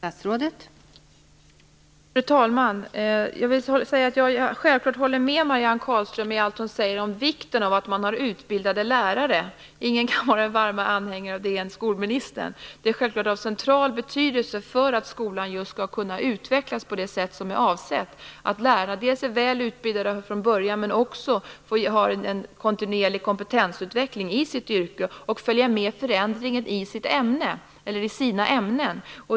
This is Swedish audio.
Fru talman! Jag håller självfallet med Marianne Carlström om vikten av att man har utbildade lärare. Ingen kan vara varmare anhängare av det än skolministern. Det är självklart av central betydelse för att skolan skall kunna utvecklas på det sätt som är avsett. Lärarna måste vara väl utbildade från början men också få en kontinuerlig kompetensutveckling i sitt yrke och följa med förändringen av sitt ämne eller av sina ämnen.